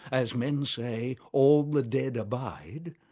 as men say, all the dead abide,